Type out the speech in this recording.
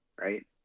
right